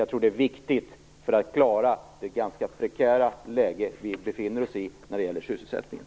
Jag tror att det är viktigt för att klara det ganska prekära läge vi befinner oss i när det gäller sysselsättningen.